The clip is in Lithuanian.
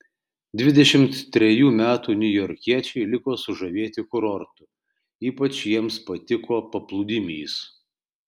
dvidešimt trejų metų niujorkiečiai liko sužavėti kurortu ypač jiems patiko paplūdimys